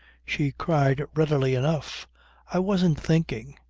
she cried readily enough i wasn't thinking.